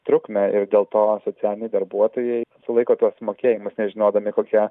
trukmę ir dėl to socialiniai darbuotojai sulaiko tuos mokėjimus nežinodami kokia